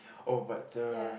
oh but the